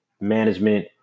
management